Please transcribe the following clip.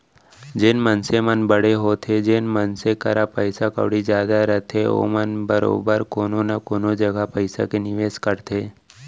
जेन मनसे मन बड़े होथे जेन मनसे करा पइसा कउड़ी जादा रथे ओमन बरोबर कोनो न कोनो जघा पइसा के निवेस करथे